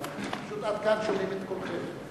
פשוט עד כאן שומעים את קולכם.